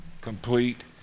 complete